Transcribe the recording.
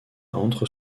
entre